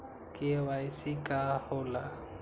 KYC का होला?